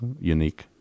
unique